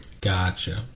Gotcha